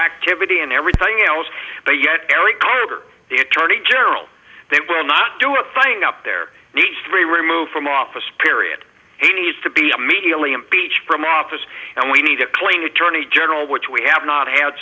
activity and everything else but yet gary cooper the attorney general that will not do a thing up there needs to be removed from office period he needs to be a media lee impeach from office and we need a clean attorney general which we have not had